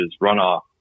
runoff